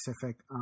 Pacific